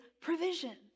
provision